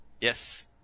Yes